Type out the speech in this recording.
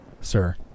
Sir